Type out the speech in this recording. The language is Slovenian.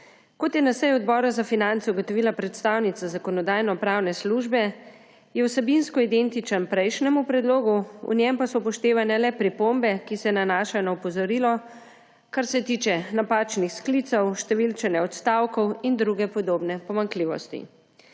Kot je na seji Odbora za finance ugotovila predstavnica Zakonodajno-pravne službe, je vsebinsko identičen prejšnjemu predlogu, v njem pa so upoštevane le pripombe, ki se nanašajo na opozorilo, kar se tiče napačnih sklicev, številčenja odstavkov in druge podobne pomanjkljivosti.